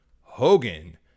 Hogan